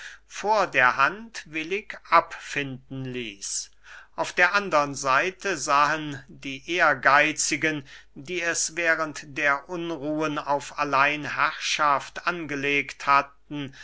vor der hand willig abfinden ließ auf der andern seite sahen die ehrgeitzigen die es während der unruhen auf alleinherrschaft angelegt hatten